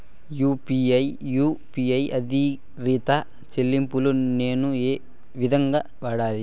UPI U P I ఆధారిత చెల్లింపులు నేను ఏ విధంగా వాడాలి?